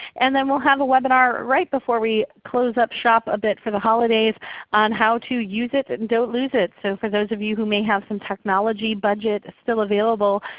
and then we'll have a webinar right before we close up shop a bit for the holidays on how to use it, and don't lose it! so for those of you who may have some technology budget still available,